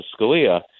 Scalia